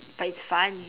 but it's fun